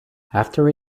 after